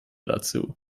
dazu